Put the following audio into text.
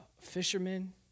fishermen